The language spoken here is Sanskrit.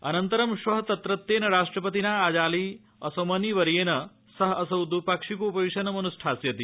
अनन्तरं श्व तत्रत्येन राष्ट्रपतिना अजाली असौमनी वर्येण सह द्विपाक्षिकोपवेशनम् अन्ष्ठास्यति